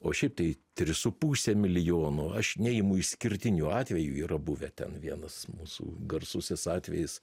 o šiaip tai tris su puse milijono aš neimu išskirtinių atvejų yra buvę ten vienas mūsų garsusis atvejis